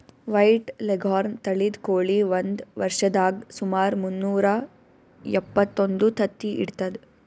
white leghorn ತಳಿದ್ ಕೋಳಿ ಒಂದ್ ವರ್ಷದಾಗ್ ಸುಮಾರ್ ಮುನ್ನೂರಾ ಎಪ್ಪತ್ತೊಂದು ತತ್ತಿ ಇಡ್ತದ್